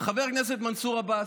חבר הכנסת מנסור עבאס,